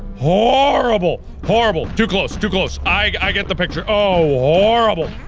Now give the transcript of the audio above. horrible, horrible. too close, too close! i i get the picture, oh, horrible,